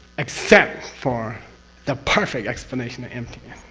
except for the perfect explanation of emptiness.